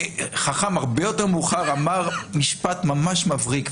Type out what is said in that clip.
חכם הרבה יותר מאוחר אמר משפט ממש מבריק.